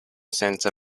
center